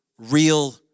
real